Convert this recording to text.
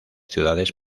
ciudades